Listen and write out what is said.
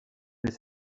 mais